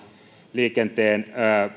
liikenteen